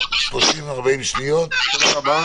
תודה רבה.